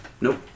Nope